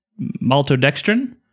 maltodextrin